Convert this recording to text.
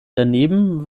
daneben